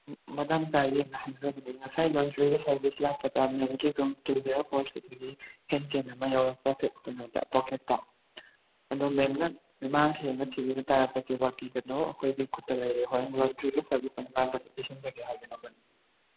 ꯃꯇꯥꯡ ꯆꯥꯔꯤꯉꯩ ꯍꯥꯏꯖꯕꯅꯤ ꯉꯁꯥꯏ ꯂꯣꯟꯗ꯭ꯔꯤꯒꯤ ꯁꯔꯕꯤꯁ ꯂꯥꯛꯄꯗ ꯃꯦꯝꯒꯤ ꯔꯨꯝ ꯇꯨ ꯖꯦꯔꯣ ꯐꯣꯔ ꯁꯤꯛꯁꯇꯒꯤ ꯍꯦꯟꯆꯦꯟ ꯑꯃ ꯌꯥꯎꯔꯛꯄ ꯀꯩꯅꯣꯗ ꯄꯣꯀꯦꯠꯇ ꯑꯗꯣ ꯃꯦꯝꯅ ꯃꯥꯡꯈ꯭ꯔꯦꯅ ꯊꯤꯕꯤꯕ ꯇꯥꯔꯒꯗꯤ ꯋꯥꯕꯤꯒꯅꯣ ꯑꯩꯈꯣꯏꯒꯤ ꯈꯨꯠꯇ ꯂꯩꯔꯦ ꯍꯣꯔꯦꯟ ꯂꯣꯟꯗ꯭ꯔꯤꯒꯤ ꯁꯥꯔꯕꯤꯁ ꯑꯃꯨꯛ ꯂꯥꯛꯄꯗ ꯄꯤꯁꯤꯟꯖꯒꯦ